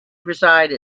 preside